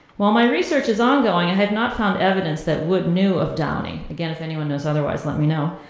while my research is ongoing, i have not found evidence that wood knew of downing. again, if anyone knows otherwise, let me know.